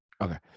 Okay